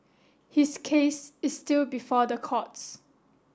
his case is still before the courts